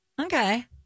okay